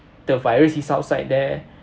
the virus is outside there